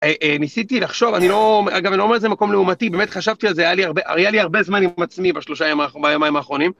ניסיתי לחשוב, אגב אני לא אומר את זה מקום לעומתי, באמת חשבתי על זה, היה לי הרבה זמן עם עצמי ביומיים האחרונים.